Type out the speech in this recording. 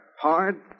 hard